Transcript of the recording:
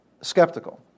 skeptical